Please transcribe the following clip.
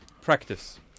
practice